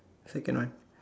second one